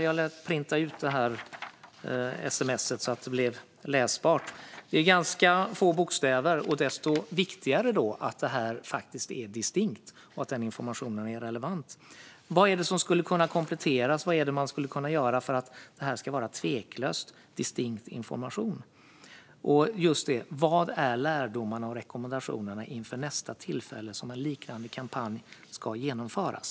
Jag lät printa ut sms:et för att få det läsbart. Det är ganska få bokstäver. Desto viktigare är det då att meddelandet är distinkt och att informationen är relevant. Vad är det som skulle kunna kompletteras? Vad är det man skulle kunna göra för att detta ska vara tveklöst distinkt information? Och vilka är lärdomarna och rekommendationerna inför nästa tillfälle då en liknande kampanj ska genomföras?